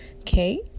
okay